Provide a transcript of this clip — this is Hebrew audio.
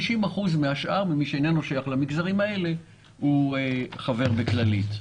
מי שאינו שייך למגזרים האלה, חבר בכללית.